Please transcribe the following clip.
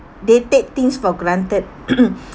they take things for granted